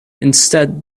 instead